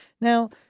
Now